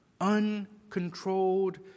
Uncontrolled